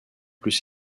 plus